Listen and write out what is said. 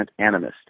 animist